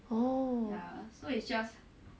oh